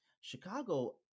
Chicago